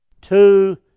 two